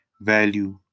value